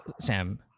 sam